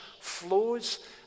flows